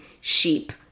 sheep